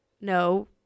no